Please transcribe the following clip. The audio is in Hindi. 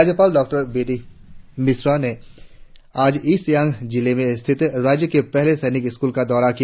राज्यपाल डॉ बी डी मिश्रा ने आज ईस्ट सियांग जिले में स्थित राज्य के पहले सैनिक स्कूल का दौरा किया